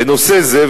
בנושא זה,